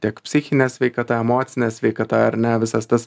tiek psichinė sveikata emocinė sveikata ar ne visas tas